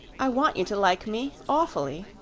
i want you to like me awfully.